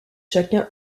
chacun